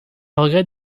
regrette